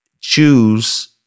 choose